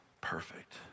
perfect